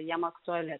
jiem aktuali